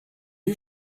you